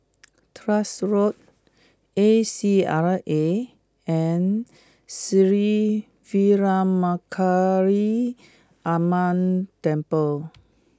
Tuas Road A C R A and Sri Veeramakaliamman Temple